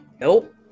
Nope